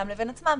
בינם לבין עצמם,